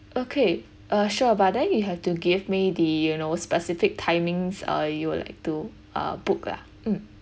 okay uh sure but then you have to give me the you know specific timings uh you would like to uh book lah